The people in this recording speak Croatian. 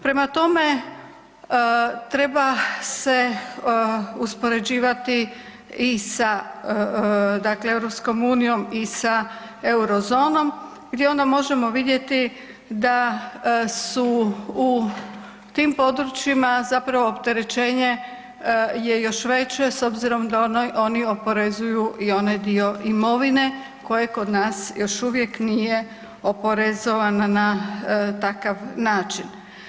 Prema tome, treba se uspoređivati i sa dakle EU i sa eurozonom gdje onda vidjeti da su u tim područjima zapravo opterećenje je još veće s obzirom da oni oporezuju i onaj dio imovine koji kod nas još uvijek nije oporezovan na takav način.